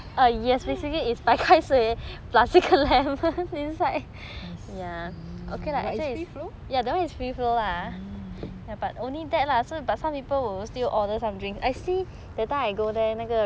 I see but it's free flow mm